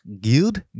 guild